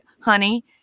Honey